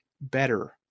better